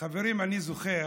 חברים, אני זוכר